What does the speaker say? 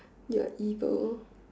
you're evil